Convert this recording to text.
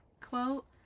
quote